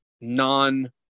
non